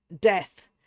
Death